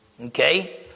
Okay